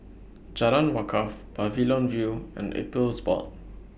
Jalan Wakaff Pavilion View and Appeals Board